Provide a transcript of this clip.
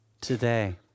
today